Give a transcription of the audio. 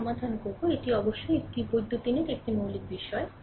এটি সমাধান করবে এটি অবশ্যই এটি বৈদ্যুতিনের একটি মৌলিক বিষয়